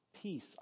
Peace